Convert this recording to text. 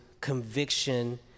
conviction